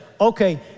okay